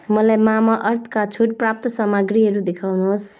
मलाई मामाअर्थका छुटप्राप्त सामग्रीहरू देखाउनुहोस्